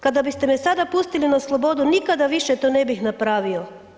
Kada biste em sada pustili na slobodu, nikada više to ne bih napravio.